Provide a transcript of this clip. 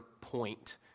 point